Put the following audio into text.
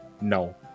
no